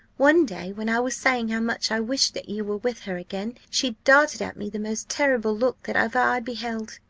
one day, when i was saying how much i wished that you were with her again, she darted at me the most terrible look that ever i beheld.